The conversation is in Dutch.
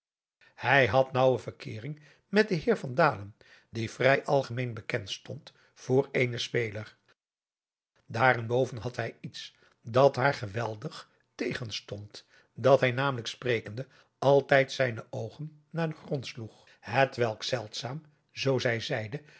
hij had naauwe verkeering met den heer van dalen die vrij algemeen bekend stond voor een speler daarenboven had hij iets dat haar geweldig tegenstond dat hij namelijk sprekende altijd zijne oogen naar den grond sloeg hetwelk zeldzaam zoo zij zeide